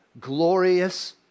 glorious